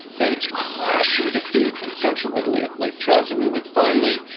then a crushing defeat in central italy at lake trasimene. and finally,